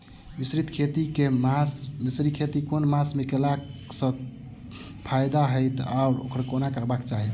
मिश्रित खेती केँ मास मे कैला सँ फायदा हएत अछि आओर केना करबाक चाहि?